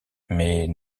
mais